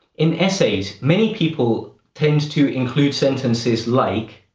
in essays, many people tend to include sentences like,